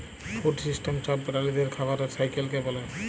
food system ছব প্রালিদের খাবারের সাইকেলকে ব্যলে